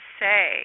say